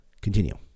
Continue